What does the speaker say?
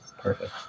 Perfect